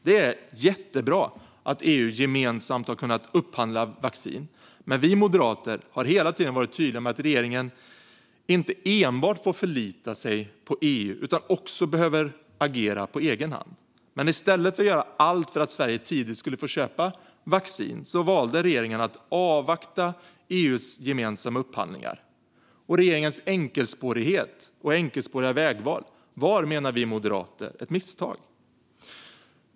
Det är jättebra att EU gemensamt har kunnat upphandla vaccin, men vi moderater har hela tiden varit tydliga med att regeringen inte enbart får förlita sig på EU utan också behöver agera på egen hand. Men i stället för att göra allt för att Sverige tidigt skulle få köpa vaccin valde regeringen att avvakta EU:s gemensamma upphandlingar. Regeringens enkelspåriga vägval var, menar vi moderater, ett misstag.